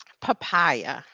Papaya